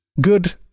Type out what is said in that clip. good